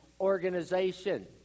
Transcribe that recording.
organization